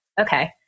okay